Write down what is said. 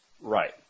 Right